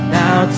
now